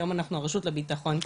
היום אנחנו הרשות לביטחון קהילתי.